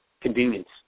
convenience